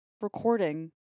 recording